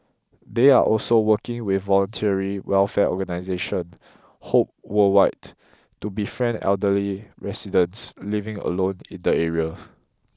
they are also working with voluntary welfare organisation Hope Worldwide to befriend elderly residents living alone in the area